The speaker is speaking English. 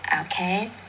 okay